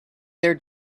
their